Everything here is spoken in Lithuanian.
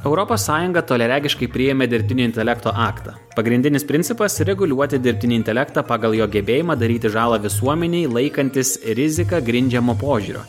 europos sąjunga toliaregiškai priėmė dirbtinio intelekto aktą pagrindinis principas reguliuoti dirbtinį intelektą pagal jo gebėjimą daryti žalą visuomenei laikantis riziką grindžiamo požiūrio